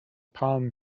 palm